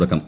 തുടക്കം